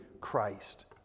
Christ